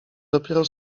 dopiero